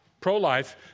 pro-life